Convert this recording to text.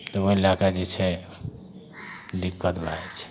तऽ ओइ लए कऽ जे छै दिक्कत भए जाइ छै